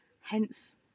hence